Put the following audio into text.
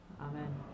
amen